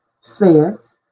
says